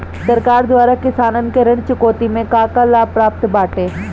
सरकार द्वारा किसानन के ऋण चुकौती में का का लाभ प्राप्त बाटे?